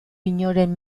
inoren